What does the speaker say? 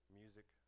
music